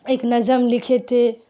ایک نظم لکھے تھے